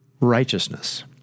righteousness